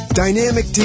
dynamic